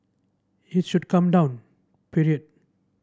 it should come down period